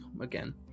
again